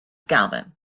galvin